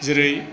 जेरै